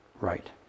right